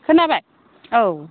खोनाबाय औ